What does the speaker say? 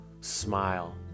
Smile